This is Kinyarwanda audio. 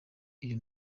iyo